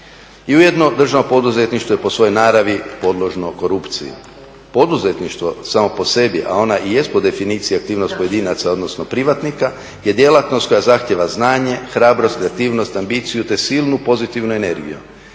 i ujedno državno poduzetništvo je po svojoj naravi podložno korupciji. Poduzetništvo samo po sebi, a ona i jest po definiciji aktivnost pojedinaca odnosno privatnika, je djelatnost koja zahtijeva znanje, hrabrost, kreativnost, ambiciju te silnu pozitivnu energiju,